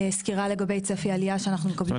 סקירה לגבי צפי עלייה שאנחנו מקבלים --- זאת אומרת